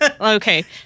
Okay